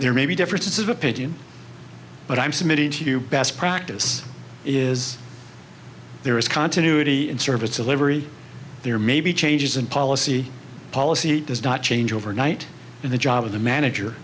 there may be differences of opinion but i'm submitting to you best practice is there is continuity in service delivery there may be changes in policy policy does not change overnight and the job of the manager